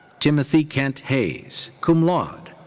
timothy kant hayes, cum laude.